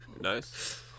Nice